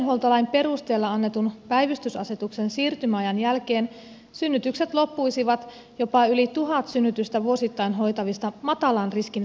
terveydenhuoltolain perusteella annetun päivystysasetuksen siirtymäajan jälkeen synnytykset loppuisivat jopa yli tuhat synnytystä vuosittain hoitavista matalan riskin sairaaloista